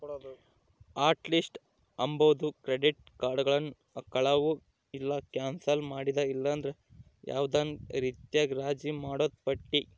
hot list ಅಂಬಾದು credit ಕಾರ್ಡುಗುಳ್ನ ಕಳುವು ಇಲ್ಲ ಕ್ಯಾನ್ಸಲ್ ಮಾಡಿದ ಇಲ್ಲಂದ್ರ ಯಾವ್ದನ ರೀತ್ಯಾಗ ರಾಜಿ ಮಾಡಿದ್ ಪಟ್ಟಿ